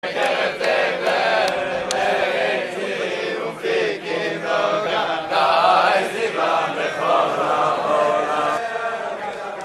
בקרב תבל. מלאים זיו ומפיקים נגה, נאה זיום בכל העולם